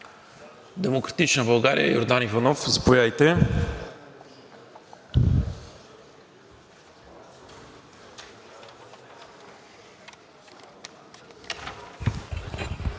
„Демократична България“ – Йордан Иванов, заповядайте.